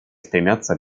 стремятся